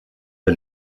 der